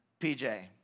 PJ